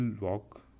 walk